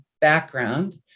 background